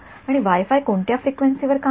आणि wifi कोणत्या फ्रिक्वेन्सीवर काम करते